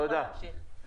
תודה.